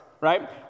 right